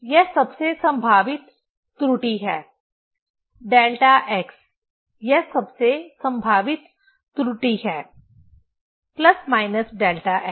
यह सबसे संभावित त्रुटि है डेल्टा x यह सबसे संभावित त्रुटि है प्लस माइनस डेल्टा x